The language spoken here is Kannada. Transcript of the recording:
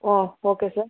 hmm okay sir